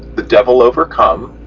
the devil overcome,